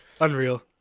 Unreal